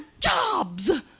jobs